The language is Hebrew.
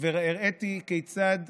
והראיתי כיצד